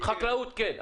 החקלאות כן.